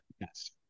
Yes